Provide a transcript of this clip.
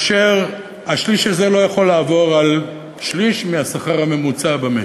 והשליש הזה לא יכול לעבור על שליש מהשכר הממוצע במשק.